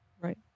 Right